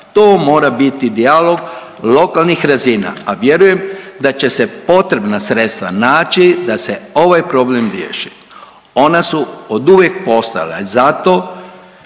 to mora biti dijalog lokalnih razina, a vjerujem da će se potrebna sredstva naći da se ovaj problem riješi. Ona su oduvijek postojala i zašto